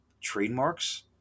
trademarks